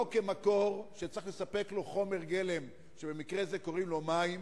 לא כמקור שצריך לספק לו חומר גלם שבמקרה זה קוראים לו "מים"